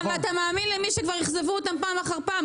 אבל אתה מאמין למי שכבר אכזבו אותם פעם אחר פעם.